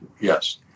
yes